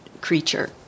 creature